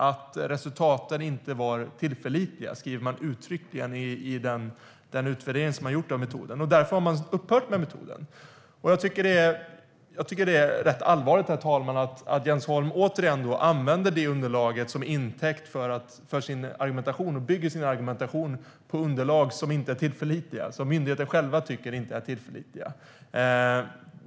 Att resultaten inte var tillförlitliga skriver man uttryckligen i den utvärdering som man gjort av metoden. Därför har man upphört med metoden. Jag tycker att det är rätt allvarligt, herr talman, att Jens Holm återigen bygger sin argumentation på underlag som myndigheten själv inte tycker är tillförlitliga.